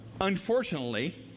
unfortunately